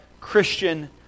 Christian